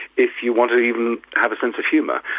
if you want to even have a sense of humour,